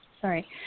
sorry